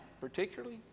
particularly